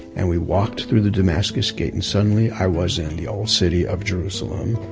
and we walked through the damascus gate, and suddenly i was in the old city of jerusalem,